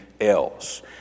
else